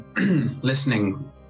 listening